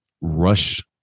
rush